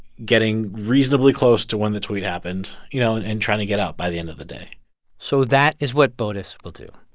getting reasonably close to when the tweet happened, you know, and and trying to get out by the end of the day so that is what botus will do.